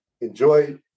enjoy